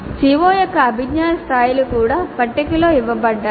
CO యొక్క అభిజ్ఞా స్థాయిలు కూడా పట్టికలో ఇవ్వబడ్డాయి